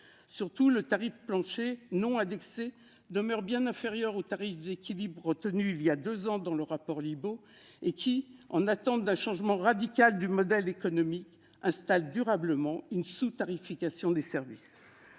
Surtout, le tarif plancher non indexé demeure bien inférieur au tarif d'équilibre retenu il y a deux ans dans le rapport Libault. À défaut d'un changement radical de modèle économique, il installe durablement une sous-tarification des services.